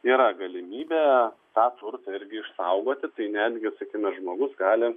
yra galimybė tą turtą irgi išsaugoti tai netgi sakykime žmogus gali